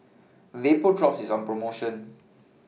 Vapodrops IS on promotion